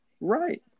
Right